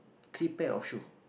three pair of shoe